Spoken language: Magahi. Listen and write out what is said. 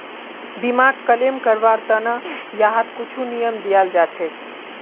बीमाक क्लेम करवार त न यहात कुछु नियम दियाल जा छेक